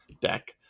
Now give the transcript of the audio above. deck